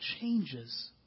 changes